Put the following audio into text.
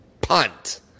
punt